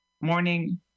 Morning